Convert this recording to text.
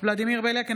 ולדימיר בליאק,